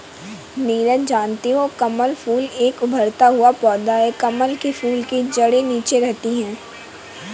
नीरज जानते हो कमल फूल एक उभरता हुआ पौधा है कमल के फूल की जड़े नीचे रहती है